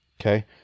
Okay